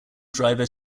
driver